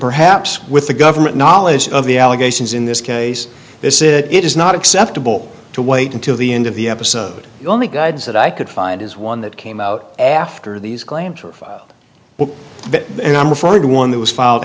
perhaps with the government knowledge of the allegations in this case this is it is not acceptable to wait until the end of the episode only guides that i could find as one that came out after these claims were filed and i'm afforded one that was f